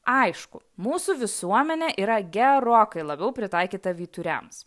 aišku mūsų visuomenė yra gerokai labiau pritaikyta vyturiams